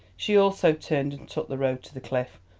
she also turned and took the road to the cliff,